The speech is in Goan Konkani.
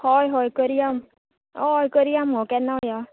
हय हय करया हय करया मुगो केन्ना मेळया